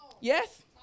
yes